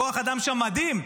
הכוח אדם שם מדהים,